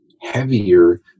heavier